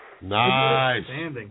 Nice